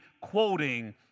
quoting